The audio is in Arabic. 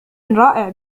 رائع